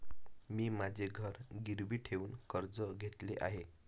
मी माझे घर गिरवी ठेवून कर्ज घेतले आहे